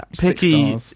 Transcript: picky